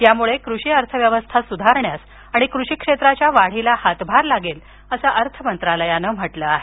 यामुळे कृषी अर्थव्यवस्था सुधारण्यास आणि कृषी क्षेत्राच्या वाढीला हातभार लागेल असं अर्थमंत्रालयानं म्हटलं आहे